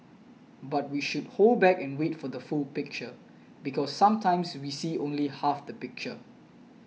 but we should hold back and wait for the full picture because sometimes we see only half the picture